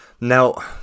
Now